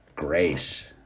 grace